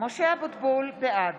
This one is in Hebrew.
בעד